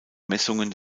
messungen